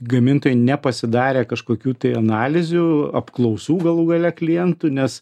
gamintojai nepasidarė kažkokių tai analizių apklausų galų gale klientų nes